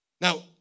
Now